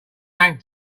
bank